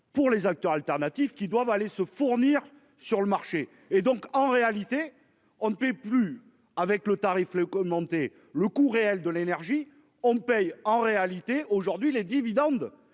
Pour les acteurs alternatifs qui doivent aller se fournir sur le marché et donc en réalité on ne paie plus avec le tarif le commenter le coût réel de l'énergie on paye en réalité aujourd'hui les dividendes